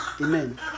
Amen